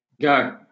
Go